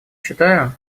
считаю